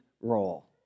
role